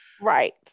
right